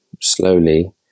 slowly